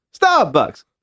Starbucks